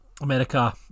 America